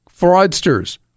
fraudsters